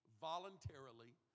Voluntarily